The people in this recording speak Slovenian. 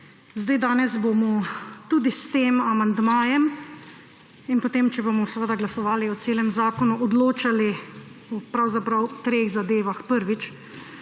Danes bomo tudi s tem amandmajem in potem, če bomo seveda glasovali o celem zakonu, odločali o pravzaprav treh zadevah. Prvič,